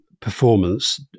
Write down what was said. performance